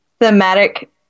Thematic